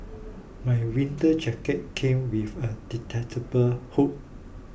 my winter jacket came with a detachable hood